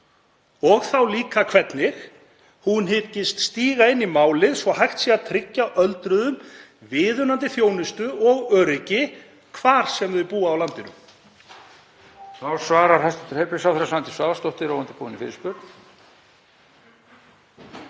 og þá hvernig hún hyggist stíga inn í málið svo hægt sé að tryggja öldruðum viðunandi þjónustu og öryggi hvar sem þeir búa á landinu.